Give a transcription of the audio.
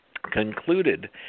concluded